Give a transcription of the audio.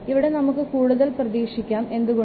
ഇവിടെ നമുക്ക് കൂടുതൽ പ്രതീക്ഷിക്കാം എന്തുകൊണ്ട്